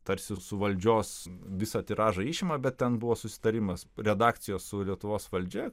tarsi su valdžios visą tiražą išima bet ten buvo susitarimas redakcijos su lietuvos valdžia